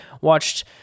watched